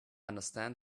understand